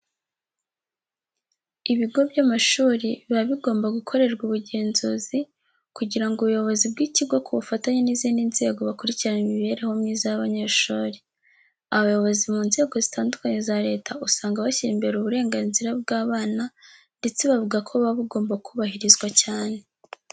Ibigo by'amashuri biba bigomba gukorerwa ubugenzuzi kugira ngo ubuyobozi bw'ikigo ku bufatanye n'izindi nzego bakurikirane imibereho myiza y'abanyeshuri. Abayobozi mu nzego zitandukanye za leta usanga bashyira imbere uburenganzira bw'abana ndetse bavuga ko buba bugomba kubahirizwa cyane.